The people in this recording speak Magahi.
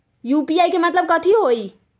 यू.पी.आई के मतलब कथी होई?